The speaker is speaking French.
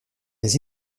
les